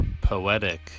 poetic